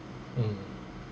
mm